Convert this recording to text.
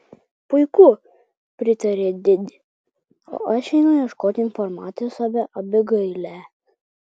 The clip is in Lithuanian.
puiku pritarė didi o aš einu ieškoti informacijos apie abigailę